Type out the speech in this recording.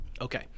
okay